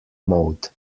mode